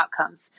outcomes